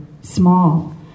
small